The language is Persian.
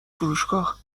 فروشگاه